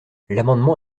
l’amendement